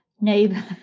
neighbor